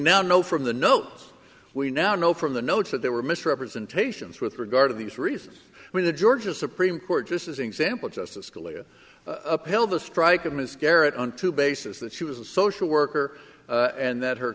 now know from the notes we now know from the notes that there were misrepresentations with regard to these reasons when the georgia supreme court this is an example justice scalia upheld a strike of miscarriage on two basis that she was a social worker and that her